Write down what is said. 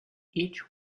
each